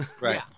right